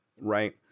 right